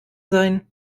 sein